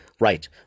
Right